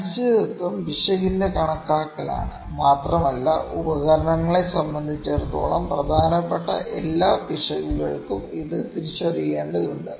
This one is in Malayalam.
അനിശ്ചിതത്വം പിശകിന്റെ കണക്കാക്കലാണ് മാത്രമല്ല ഉപകരണങ്ങളെ സംബന്ധിച്ചിടത്തോളം പ്രധാനപ്പെട്ട എല്ലാ പിശകുകൾക്കും ഇത് തിരിച്ചറിയേണ്ടതുണ്ട്